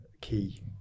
key